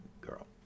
girl